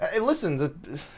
listen